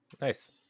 Nice